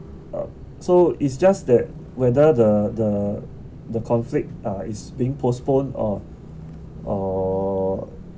uh so it's just that whether the the the conflict uh is being postponed or